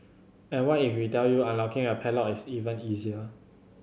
and what if we tell you unlocking a padlock is even easier